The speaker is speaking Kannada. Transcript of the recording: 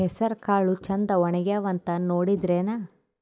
ಹೆಸರಕಾಳು ಛಂದ ಒಣಗ್ಯಾವಂತ ನೋಡಿದ್ರೆನ?